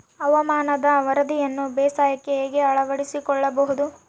ಹವಾಮಾನದ ವರದಿಯನ್ನು ಬೇಸಾಯಕ್ಕೆ ಹೇಗೆ ಅಳವಡಿಸಿಕೊಳ್ಳಬಹುದು?